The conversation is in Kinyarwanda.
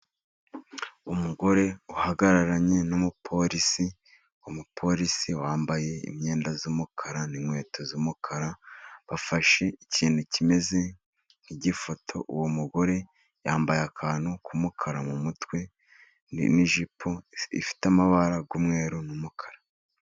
Umugore uhagararanye n'umupolisi umupolisi, wambaye imyenda y'umukara n'inkweto z'umukara, bafashe ikintu kimeze nk'igifoto. Uwo mugore yambaye akantu k'umukara mu mutwe , n'ijipo ifite amabara y'umweru n'umukara.